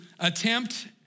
Attempt